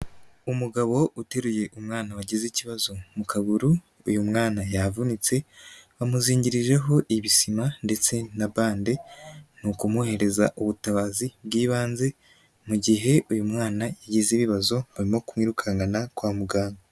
Umugabo uteruye umwana wagize ikibazo mu kaguru, uyu mwana yavunitse, bamuzingirijeho ibisima ndetse na bande, n'ukumuhereza ubutabazi bw'ibanze, mu gihe uyu mwana yagize ibibazo, barimo kumwirukankana kwa muganga.